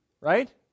right